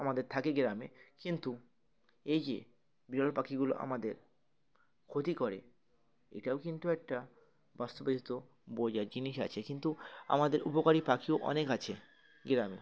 আমাদের থাকে গ্রামে কিন্তু এই যে বিরল পাখিগুলো আমাদের ক্ষতি করে এটাও কিন্তু একটা বাস্তবায়িত বোঝার জিনিস আছে কিন্তু আমাদের উপকারী পাখিও অনেক আছে গ্রামে